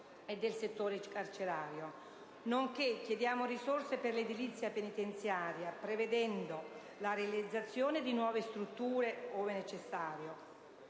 e del settore carcerario, nonché per l'edilizia penitenziaria, prevedendo la realizzazione di nuove strutture ove necessario